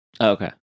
Okay